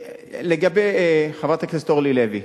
לגבי חברת הכנסת אורלי לוי,